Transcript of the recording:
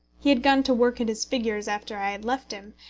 he had gone to work at his figures after i had left him,